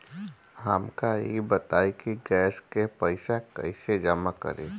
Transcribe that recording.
हमका ई बताई कि गैस के पइसा कईसे जमा करी?